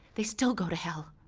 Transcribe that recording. they still go to hell.